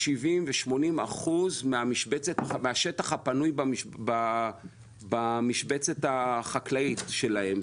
70% ו-80% מהשטח הפנוי במשבצת החקלאית שלהם.